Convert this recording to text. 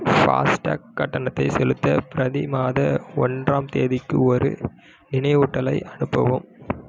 FASTag கட்டணத்தைச் செலுத்த பிரதி மாத ஒன்றாம் தேதிக்கு ஒரு நினைவூட்டலை அனுப்பவும்